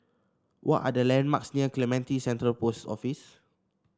what are the landmarks near Clementi Central Post Office